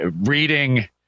reading